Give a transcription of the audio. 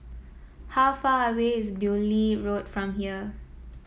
how far away is Beaulieu Road from here